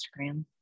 Instagram